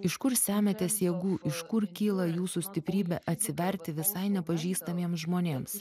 iš kur semiatės jėgų iš kur kyla jūsų stiprybė atsiverti visai nepažįstamiems žmonėms